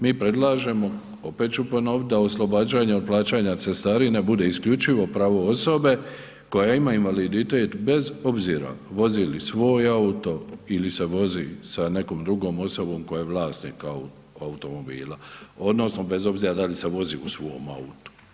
Mi predlažemo, opet ću ponoviti, da oslobađanja od plaćanja cestarine bude isključivo pravo osobe koja ima invaliditet bez obzira vozi li svoj auto ili se vozi sa nekom drugom osobom koja je vlasnik automobila odnosno bez obzira da li se vozi u svom autu.